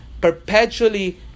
perpetually